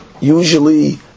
usually